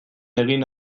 egin